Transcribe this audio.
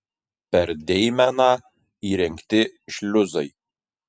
per deimeną įrengti šliuzai